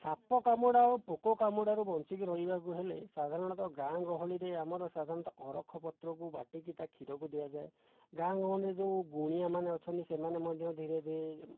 ସାପ କାମୁଡ଼ା ଓ ପୋକ କାମୁଡ଼ାରୁ ବଞ୍ଚିକି ରହିବାକୁ ହେଲେ ସାଧାରଣତଃ ଗାଁ ଗହଳିରେ ଆମର ସାଧାରଣତଃ ଅରଖ ପତ୍ରକୁ ବାଟିକି ତା' କ୍ଷୀରକୁ ଦିଆଯାଏ ଗାଁ ଗହଳିରେ ଯେଉଁ ଗୁଣିଆମାନେ ଅଛନ୍ତି ସେମାନେ ମଧ୍ୟ ଧୀରେ ଧୀରେ